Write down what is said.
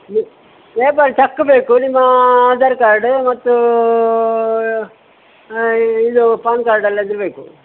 paper ಟಕ್ ಬೇಕು ನಿಮ್ಮ ಆಧಾರ್ ಕಾರ್ಡ್ ಮತ್ತು ಹಾಂ ಇದು ಪಾನ್ ಕಾರ್ಡೇಲ್ಲ ಇದ್ಬೇಕು